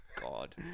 God